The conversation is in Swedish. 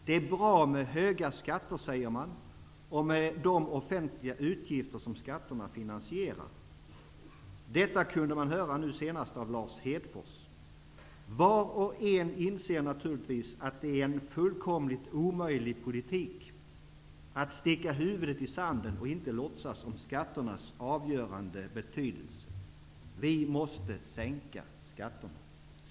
Det är bra med höga skatter, säger man, och med de offentliga utgifter som skatterna finansierar. Detta kunde man höra nu senast från Lars Hedfors. Var och en inser naturligtvis, att det är en fullkomligt omöjlig politik att sticka huvudet i sanden och inte låtsas om skatternas avgörande betydelse. Vi måste sänka skatterna -.''